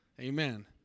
Amen